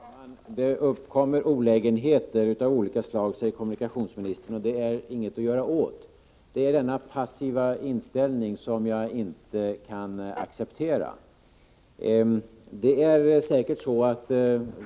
Herr talman! Det uppkommer olägenheter av olika slag, och det går inte att göra något åt, säger kommunikationsministern. Det är denna passiva inställning som jag inte kan acceptera.